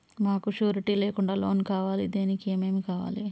మాకు షూరిటీ లేకుండా లోన్ కావాలి దానికి ఏమేమి కావాలి?